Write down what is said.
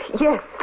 yes